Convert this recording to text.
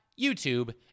YouTube